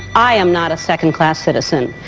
i am not a second-class citizen.